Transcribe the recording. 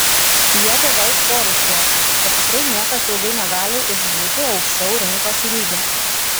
jie beveik choru suokia kad tikrai niekas ilgai negali išbūti aukščiau rinkos lygio